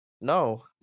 no